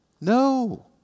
No